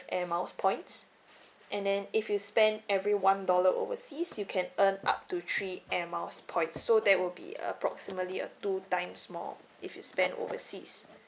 air miles points and then if you spend every one dollar overseas you can earn up to three air miles points so that will be approximately a two times more if you spend overseas